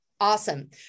Awesome